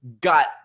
got